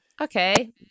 Okay